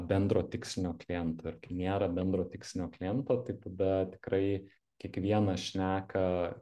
bendro tikslinio kliento ir nėra bendro tikslinio kliento tai tada tikrai kiekvienas šneka